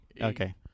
Okay